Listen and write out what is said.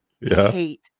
hate